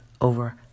over